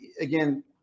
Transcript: again